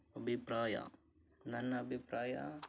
ಅಭಿಪ್ರಾಯ ನನ್ನ ಅಭಿಪ್ರಾಯ